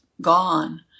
gone